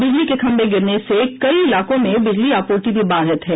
बिजली के खंभे गिरने से कई इलाकों में बिजली आपूर्ति भी बाधित हैं